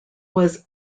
was